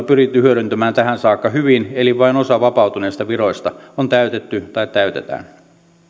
pyritty hyödyntämään tähän saakka hyvin eli vain osa vapautuneista viroista on täytetty tai täytetään